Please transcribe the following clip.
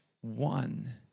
one